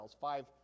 five